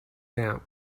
now